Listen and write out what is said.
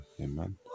Amen